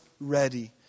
ready